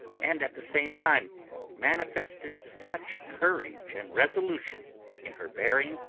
and at the same time manifested such courage and resolution in her bearing,